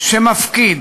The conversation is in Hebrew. שמפקיד